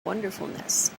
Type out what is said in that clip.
wonderfulness